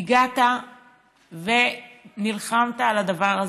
הגעת ונלחמת על הדבר הזה.